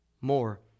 more